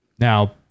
Now